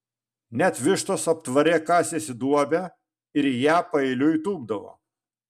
net vištos aptvare kasėsi duobę ir į ją paeiliui tūpdavo